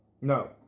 no